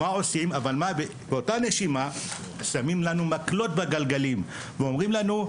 ובאותה נשימה שמים לנו מקלות בגלגלים ואומרים לנו: